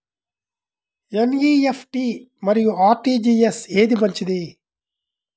NEFT మరియు RTGS ఏది మంచిది?